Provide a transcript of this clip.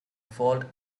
fault